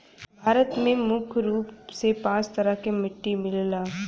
भारत में मुख्य रूप से पांच तरह क मट्टी मिलला